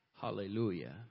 Hallelujah